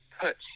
put